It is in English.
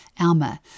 Alma